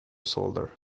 solder